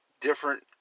different